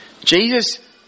jesus